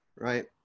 right